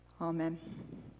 Amen